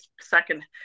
second